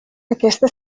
aquesta